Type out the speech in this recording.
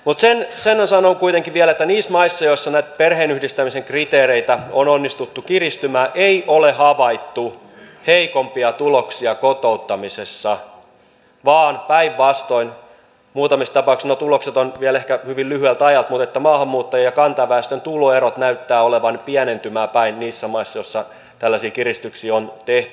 mutta sen sanon kuitenkin vielä että niissä maissa joissa näitä perheenyhdistämisen kriteereitä on onnistuttu kiristämään ei ole havaittu heikompia tuloksia kotouttamisessa vaan päinvastoin muutamissa tapauksissa nuo tulokset ovat vielä hyvin lyhyeltä ajalta maahanmuuttajien ja kantaväestön tuloerot näyttävät olevan pienentymään päin niissä maissa joissa tällaisia kiristyksiä on tehty